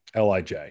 lij